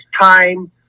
time